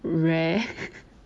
rare